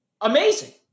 amazing